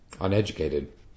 uneducated